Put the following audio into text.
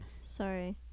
Sorry